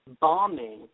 bombing